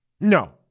No